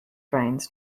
trains